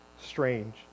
strange